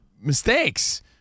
mistakes